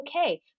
okay